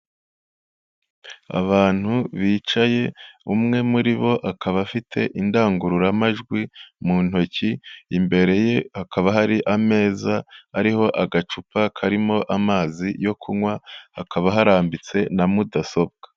Abantu bicaye umwe muri bo akaba afite indangururamajwi mu ntoki, imbere ye hakaba hari ameza ariho agacupa karimo amazi yo kunywa, hakaba harambitse na mudasobwa.